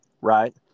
Right